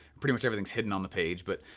pretty much everything's hidden on the page. but